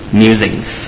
musings